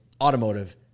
automotive